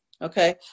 Okay